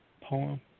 poem